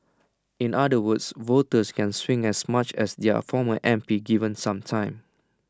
in other words voters can swing as much as their former M P given some time